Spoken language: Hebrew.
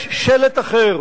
יש שלט אחר,